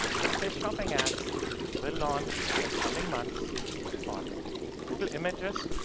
showcase shopping ads will launch in the coming months on google images,